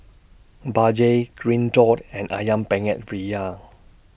Bajaj Green Dot and Ayam Penyet Ria